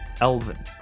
Elvin